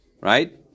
Right